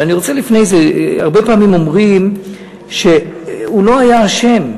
אבל אני רוצה לפני זה להגיד שהרבה פעמים אומרים שהוא לא היה אשם,